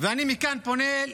ואני פונה מכאן